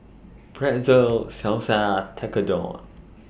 Pretzel Salsa Tekkadon